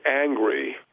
angry